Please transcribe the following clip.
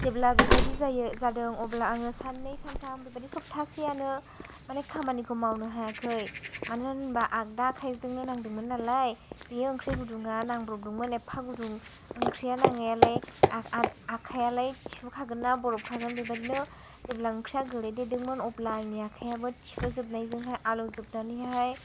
जेब्ला बेबादि जायाे जादों अब्ला आङो सान्नै सान्थाम बेबादि सफथासेयानो माने खामानिखौ मावनो हायाखै मानो होनबा आगदा आखाइजोंनो नांदोंमोन नालाय बियो ओंख्रि गुदुङा नांब्रदोंमोन एफा गुदुं ओंख्रिया नांनायालाय आग आग आखाइयालाय थिफु खागोनना बरफ खागोन बिबादिनो जेब्ला ओंख्रिया गोलैदेरदोंमोन अब्ला आंनि आखाइयाबाे थिफुजोबनायजों आलौजोबनानैहाय